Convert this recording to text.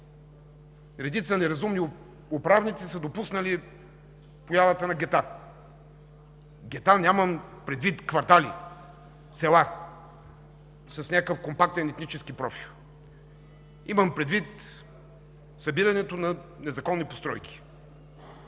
редица неразумни управници са допуснали появата на гета. Гета, нямам предвид квартали, села с някакъв компактен етнически профил, имам предвид събирането на незаконни постройки